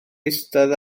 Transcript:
eistedd